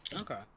Okay